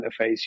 interface